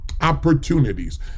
opportunities